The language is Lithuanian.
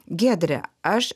giedre aš